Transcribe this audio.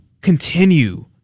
continue